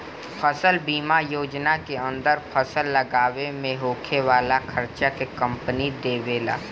फसल बीमा योजना के अंदर फसल लागावे में होखे वाला खार्चा के कंपनी देबेला